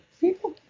people